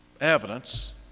Evidence